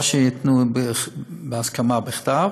או שייתנו הסכמה בכתב